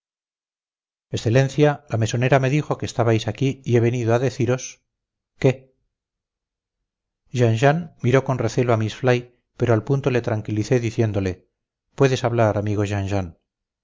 excelencia la mesonera me dijo que estabais aquí y he venido a deciros qué jean jean miró con recelo a miss fly pero al punto le tranquilicé diciéndole puedes hablar amigo